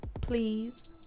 Please